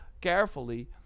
carefully